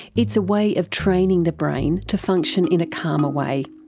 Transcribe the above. it's a way of training the brain to function in a calmer way.